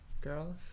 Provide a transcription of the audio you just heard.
girls